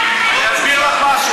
אני אסביר לך משהו,